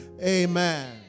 Amen